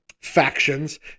factions